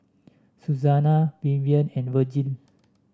Suzanna Vivian and Vergil